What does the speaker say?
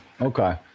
Okay